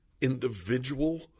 individual